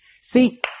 See